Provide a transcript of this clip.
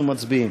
אנחנו מצביעים.